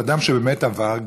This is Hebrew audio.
אדם שבאמת עבר,